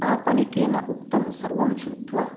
आपणिकेन उक्तं सर्वं शृत्वा